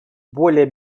более